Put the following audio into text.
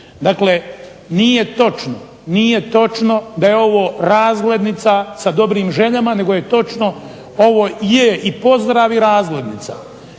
Dakle, nije točno da je ovo razglednica sa dobrim željama nego je točno ovo je i pozdrav i razglednica